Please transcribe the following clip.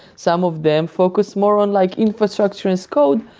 some of them focus more on like infrastructure as code,